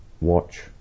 watch